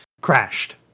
crashed